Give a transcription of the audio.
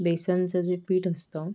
बेसनचं जे पीठ असतं